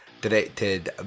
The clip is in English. directed